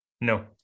No